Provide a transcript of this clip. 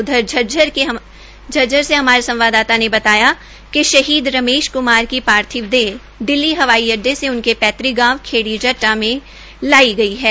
उधर झज्जर से हमारे संवाददाता ने बताया है कि शहीद रमेश का पार्थिव देह दिल्ली हवाई अड्डे से उनके पैतृक गांव खेड़ी जट्ट में लाई गई हे